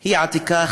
היא עתיקה,